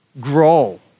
grow